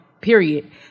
period